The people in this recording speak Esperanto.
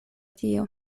tio